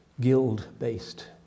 guild-based